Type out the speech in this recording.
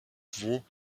quo